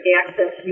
access